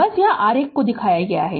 बस यहाँ आरेख को दिखाया है